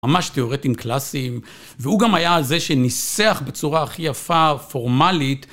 ממש תאורטים קלאסיים והוא גם היה הזה שניסח בצורה הכי יפה פורמלית.